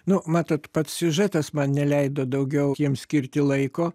nu matot pats siužetas man neleido daugiau jiem skirti laiko